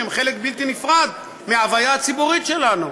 שהם חלק בלתי נפרד מההוויה הציבורית שלנו.